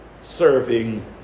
serving